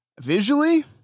Visually